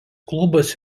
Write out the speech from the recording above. klubas